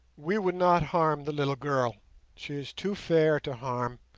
we would not harm the little girl she is too fair to harm,